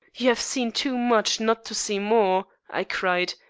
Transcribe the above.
you have seen too much not to see more, i cried.